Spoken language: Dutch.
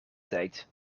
tijd